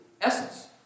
essence